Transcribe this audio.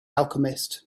alchemist